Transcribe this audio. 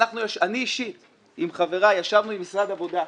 אני וחבריי ישבנו עם נציגי משרד העבודה,